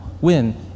win